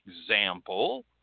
example